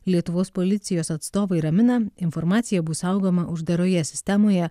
lietuvos policijos atstovai ramina informacija bus saugoma uždaroje sistemoje